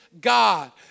God